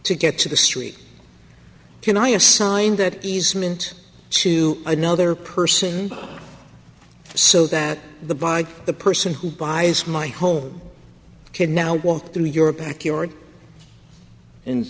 to get to the street can i assign that easement to another person so that the by the person who buys my home can now walk through your backyard